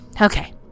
Okay